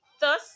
Thus